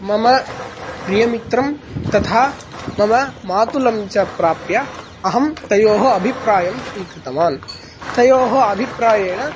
मम प्रियमित्रं तथा मम मातुलं च प्राप्य अहं तयोः अभिप्रायं स्वीकृतवान् तयोः अभिप्रायेण